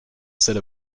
set